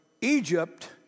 Egypt